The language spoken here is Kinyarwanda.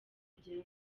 kugera